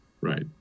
Right